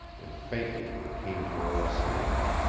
and faintly there came to her a sound,